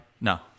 No